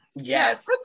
Yes